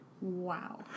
Wow